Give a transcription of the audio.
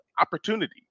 opportunity